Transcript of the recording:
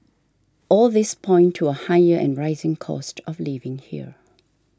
all these point to a higher and rising cost of living here